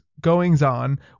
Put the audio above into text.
goings-on